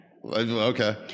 Okay